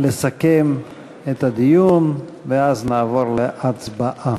לסכם את הדיון, ואז נעבור להצבעה.